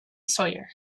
sawyer